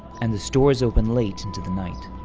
and the stores open late into the night,